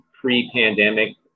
pre-pandemic